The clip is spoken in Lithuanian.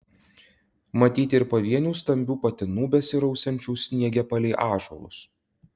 matyti ir pavienių stambių patinų besirausiančių sniege palei ąžuolus